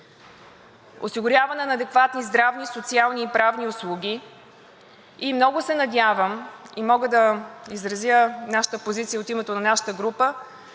осигуряване на адекватни здравни, социални и правни услуги. И много се надявам и мога да изразя нашата позиция от името на нашата група